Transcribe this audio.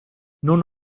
non